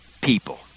people